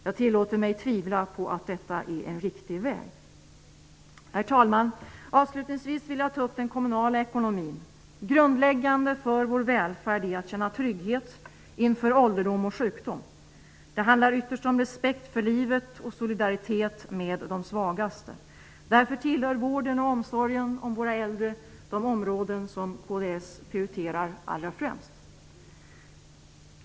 Jag tillåter mig tvivla på att detta är en riktig väg. Herr talman! Avslutningsvis vill jag ta upp den kommunala ekonomin. Grundläggande för vår välfärd är att känna trygghet inför ålderdom och sjukdom. Det handlar ytterst om respekt för livet och solidaritet med de svagaste. Därför tillhör vården och omsorgen om våra äldre de områden som kds prioriterar allra främst.